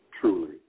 truly